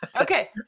Okay